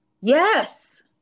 Yes